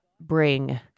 bring